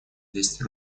двести